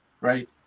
Right